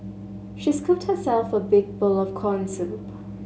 she scooped herself a big bowl of corn soup